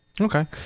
Okay